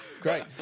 great